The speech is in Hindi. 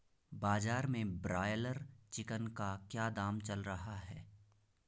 बाजार में ब्रायलर चिकन का क्या दाम चल रहा है?